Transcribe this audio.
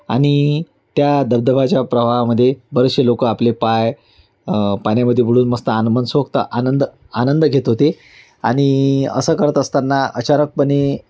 आणि त्या धबधबाच्या प्रवाहामध्ये बरेचसे लोक आपले पाय पाण्यामध्ये बडवून मस्त आणि मनसोक्त आनंद आनंद घेत होते आणि असं करत असताना अचानकपणे